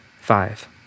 Five